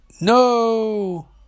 no